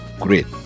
great